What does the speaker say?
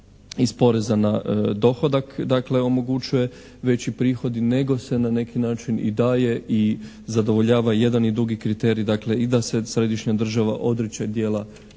iz poreza na dohodak, dakle, omogućuje veći prihodi nego se na neki način i daje i zadovoljava i jedan i drugi kriterij. Dakle, i da se središnja država odriče dijela